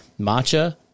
matcha